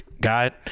got